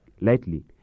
lightly